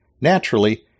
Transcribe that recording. Naturally